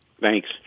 Thanks